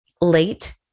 late